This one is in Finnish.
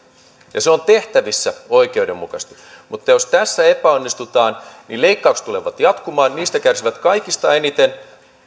ja se on tehtävissä oikeudenmukaisesti mutta jos tässä epäonnistutaan niin leikkaukset tulevat jatkumaan ja niistä kärsivät kaikista eniten